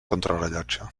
contrarellotge